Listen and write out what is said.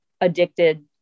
addicted